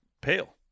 pale